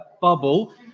bubble